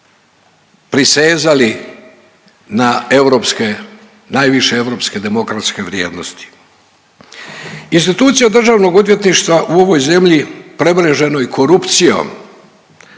prisezali na europske, najviše europske demokratske vrijednosti. Institucija državnog odvjetništva u ovoj zemlji premreženoj korupcijom